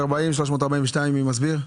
340 עד 342, מי מסביר?